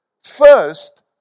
first